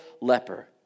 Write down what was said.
leper